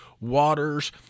waters